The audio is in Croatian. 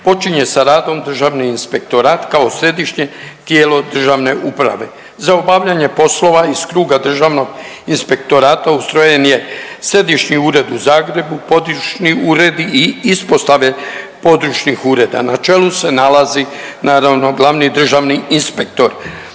počinje sa radom državni inspektorat kao Središnje tijelo državne uprave. Za obavljanje poslova iz kruga državnog inspektorata ustrojen je Središnji ured u Zagrebu, područni uredi i ispostave područnih ureda, na čelu se nalazi naravno glavni državni inspektor.